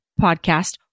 podcast